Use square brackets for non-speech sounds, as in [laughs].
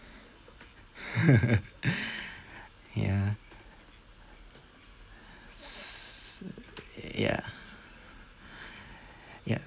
[laughs] ya s~ ya ya